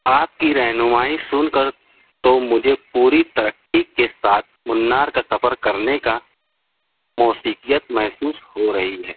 آپ کی رہنمائی سن کر تو مجھے پوری ترقی کے ساتھ منار کا سفر کرنے کا موسیقیت محسوس ہو رہی ہے